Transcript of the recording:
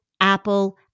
Apple